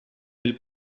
del